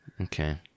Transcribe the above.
okay